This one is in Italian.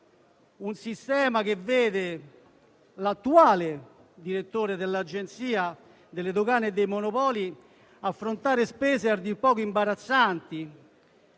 sistema vede l'attuale direttore dell'Agenzia delle dogane e dei monopoli affrontare spese a dir poco imbarazzanti